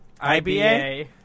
IBA